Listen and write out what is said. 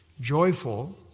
Joyful